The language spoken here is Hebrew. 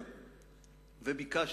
וביקשתי,